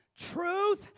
Truth